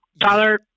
Tyler